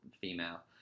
female